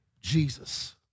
Jesus